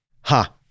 Ha